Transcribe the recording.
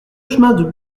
chemin